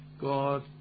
God